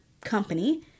company